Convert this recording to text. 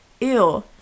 ew